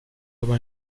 aber